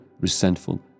resentful